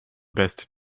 best